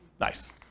Nice